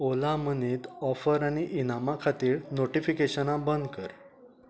ओला मनीत ऑफर आनी इनामां खातीर नोटिफीकेशनां बंद कर